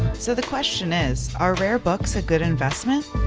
so, the question is are rare books a good investment?